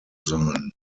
sein